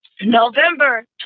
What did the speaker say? November